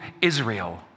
Israel